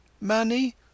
money